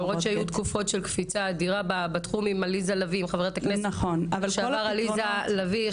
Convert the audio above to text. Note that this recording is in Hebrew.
למרות שהיו תקופות של קפיצה אדירה בתחום עם חה"כ לשעבר עליזה לביא,